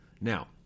Now